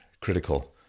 critical